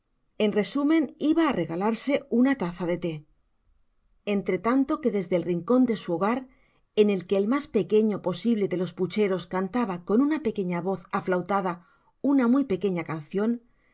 en resumen iba á regalarse con una laza de thé entre tanto que desde el rincon de su hogar en el que el mas pequeño posible de los pucheros cantaba con una pequeña voz aflautada una muy pequeña cancion